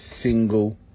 single